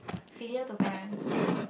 filial to parent and